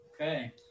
okay